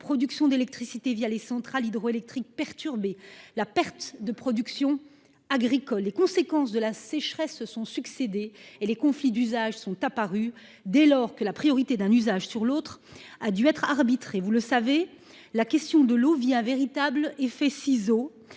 la production d'électricité les centrales hydroélectriques perturbée, la perte de productions agricoles, etc. : les conséquences de la sécheresse se sont succédé et les conflits d'usages sont apparus dès lors que la priorité d'un usage sur l'autre a dû être arbitrée. Vous le savez, monsieur le président, madame